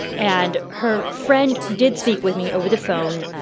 and her friend did speak with me over the phone.